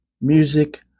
music